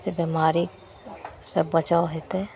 जे बेमारीसे बचाव हेतै